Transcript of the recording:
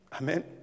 Amen